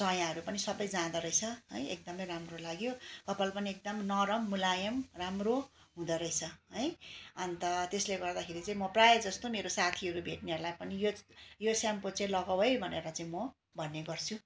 चायाहरू पनि सबै जाँदो रहेछ है एकदमै राम्रो लाग्यो कपाल पनि एकदम नरम मुलायम राम्रो हुँदारहेछ है अन्त त्यसले गर्दाखेरि चाहिँ म प्रायः जस्तो मेरो साथीहरू भेट्नेहरूलाई पनि यो यो सेम्पू चाहिँ लगाउ है भनेर चाहिँ म भन्ने गर्छु